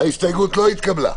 ההסתייגות לא התקבלה.